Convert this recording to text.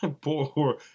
poor